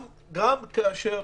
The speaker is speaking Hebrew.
גם כאשר